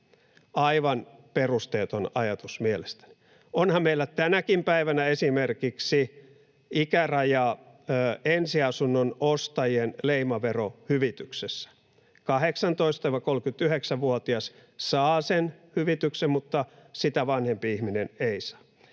aivan perusteeton ajatus mielestäni. Onhan meillä tänäkin päivänä esimerkiksi ikäraja ensiasunnon ostajien leimaverohyvityksessä. 18—39-vuotias saa sen hyvityksen, mutta sitä vanhempi ihminen ei saa.